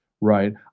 right